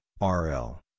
RL